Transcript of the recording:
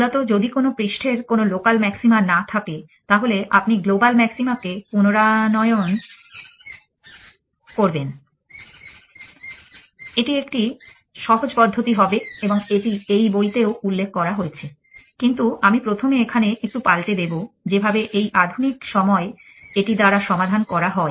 মূলত যদি কোনো পৃষ্ঠের কোনো লোকাল ম্যাক্সিমা না থাকে তাহলে আপনি গ্লোবাল ম্যাক্সিমাকে পুনরানয়ন করবেন এটি একটি সহজ পদ্ধতি হবে এবং এটি এই বইতেও উল্লেখ করা হয়েছে কিন্তু আমি প্রথমে এখানে একটু পাল্টে দেব যেভাবে এই আধুনিক সময় এটি দ্বারা সমাধান করা হয়